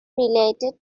related